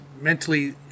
mentally –